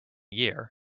year